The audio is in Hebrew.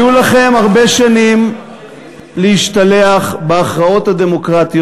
יהיו לכם הרבה שנים להשתלח בהכרעות הדמוקרטיות